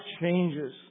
changes